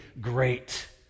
great